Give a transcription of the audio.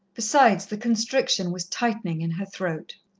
besides, the constriction was tightening in her throat.